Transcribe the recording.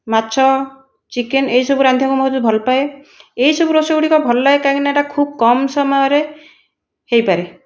ମାଛ ଚିକେନ୍ ଏହିସବୁ ରାନ୍ଧିବାକୁ ମୁଁ ବହୁତ ଭଲ ପାଏ ଏହିସବୁ ରୋଷେଇ ଗୁଡ଼ିକ ଭଲ ଲାଗେ କାହିଁକିନା ଏହି ସବୁ ଖୁବ କମ ସମୟରେ ହୋଇପାରେ